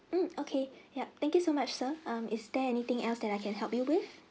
um okay yup thank you so much sir um is there anything else that I can help you with